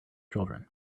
children